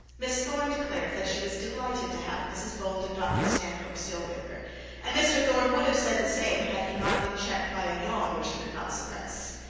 miss thorne declared that she was delighted to have mrs bold and dr stanhope still with her and mr thorne would have said the same, had he not been checked by a yawn, which he could not suppress.